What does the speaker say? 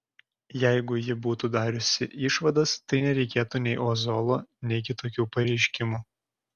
jeigu ji būtų dariusi išvadas tai nereikėtų nei ozolo nei kitokių pareiškimų